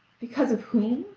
because of whom?